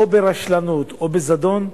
או ברשלנות או בזדון,